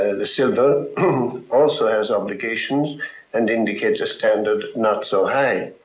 and the silver also has obligations and indicates a standard not so high